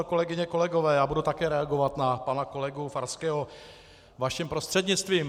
Kolegyně, kolegové, já budu také reagovat na pana kolegu Farského vaším prostřednictvím.